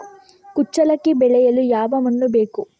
ಕುಚ್ಚಲಕ್ಕಿ ಬೆಳೆಸಲು ಯಾವ ಮಣ್ಣು ಬೇಕು?